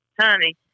honey